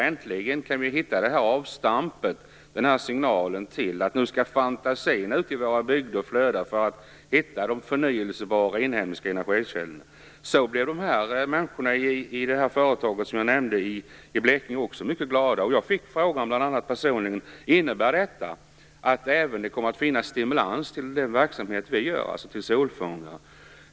Äntligen fick man en signal om att fantasin ute i våra bygder skulle flöda för att man skulle hitta de förnyelsebara inhemska energikällorna. De människor som startade det företag i Blekinge som jag nämnde blev också mycket glada. Jag fick då personligen frågan: Innebär detta att det även kommer att finnas stimulans till framställandet av solfångare?